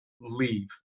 leave